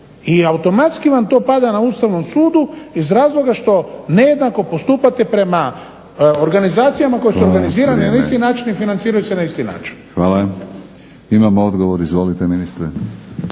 i automatski vam to pada na Ustavnom sudu iz razloga što nejednako postupate prema organizacijama koje su organizirane na isti način i financiraju se na isti način. **Batinić, Milorad (HNS)** Hvala. Imamo odgovor, izvolite ministre.